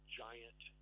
giant